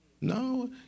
No